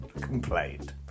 complained